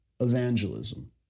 evangelism